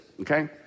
okay